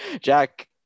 jack